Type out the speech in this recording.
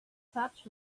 such